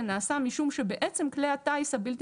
זה נעשה משום שבעצם כלי הטייס הבלתי